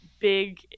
big